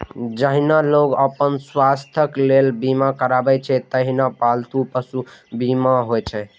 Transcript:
जहिना लोग अपन स्वास्थ्यक लेल बीमा करबै छै, तहिना पालतू पशुक बीमा होइ छै